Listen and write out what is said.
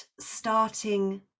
starting